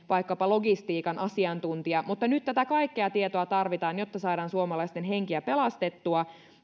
vaikkapa logistiikan asiantuntija mutta nyt tätä kaikkea tietoa tarvitaan jotta saadaan suomalaisten henkiä pelastettua